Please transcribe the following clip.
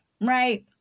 right